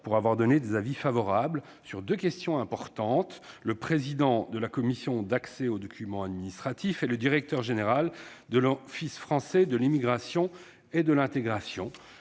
pour les avis favorables qu'il a donnés sur deux questions importantes : le président de la Commission d'accès aux documents administratifs et le directeur général de l'Office français de l'immigration et de l'intégration